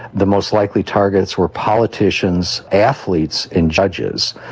the most likely targets were politicians, athletes and judges.